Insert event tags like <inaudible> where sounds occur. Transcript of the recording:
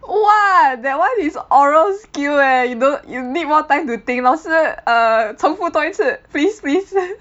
!wah! that one is oral skill eh you know you need more time to think 老师 err 重复多一次 please please <noise>